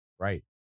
Right